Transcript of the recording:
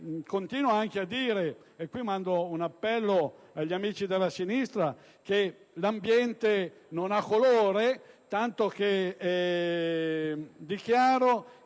Continuo anche a dire - e mi rivolgo agli amici della sinistra - che l'ambiente non ha colore, tanto che dichiaro